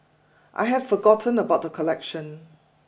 I had forgotten about the collection